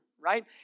right